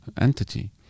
entity